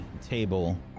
table